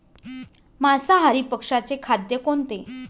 मांसाहारी पक्ष्याचे खाद्य कोणते?